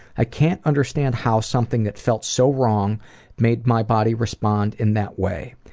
i can't understand how something that felt so wrong made my body respond in that way.